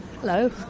Hello